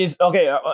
Okay